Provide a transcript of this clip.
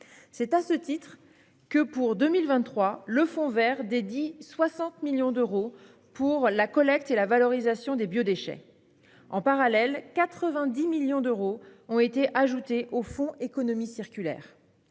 C'est à ce titre que, pour 2023, le fonds vert alloue une enveloppe de 60 millions d'euros à la collecte et à la valorisation des biodéchets. En parallèle, 90 millions d'euros ont été ajoutés au fonds économie circulaire.